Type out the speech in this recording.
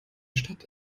stadt